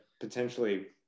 potentially